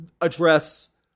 address